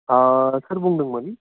अ सोर बुंदोंमोन